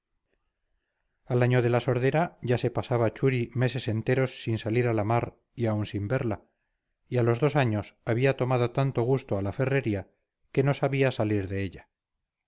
al año de la sordera ya se pasaba churi meses enteros sin salir a la mar y aun sin verla y a los dos años había tomado tanto gusto a la ferrería que no sabía salir de ella